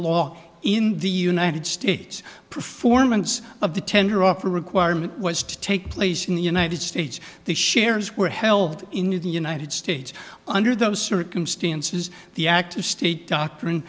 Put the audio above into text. law in the united states performance of the tender up or requirement was to take place in the united states the shares were held in the united states under those circumstances the act of state doctrine